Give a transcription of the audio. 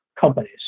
companies